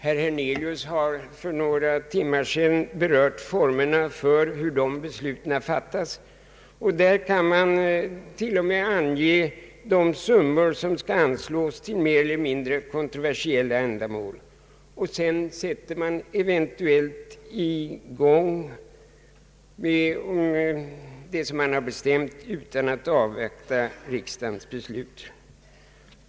Herr Hernelius har för några timmar sedan berört formerna för hur dessa beslut fattas. Vid partikongressen kan man t.o.m. ange de summor som skall anslås till mer eller mindre kontroversiella ändamål. Sedan sätter man eventuellt i gång med det som man har bestämt, utan att avvakta riksdagens beslut.